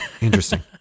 Interesting